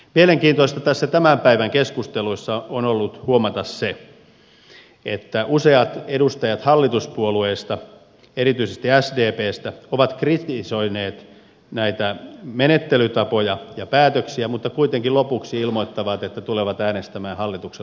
mielenkiintoista tämän päivän keskusteluissa on ollut huomata se että useat edustajat hallituspuolueista erityisesti sdpstä ovat kritisoineet näitä menettelytapoja ja päätöksiä mutta kuitenkin lopuksi ilmoittavat että tulevat äänestämään hallituksen luottamuksen puolesta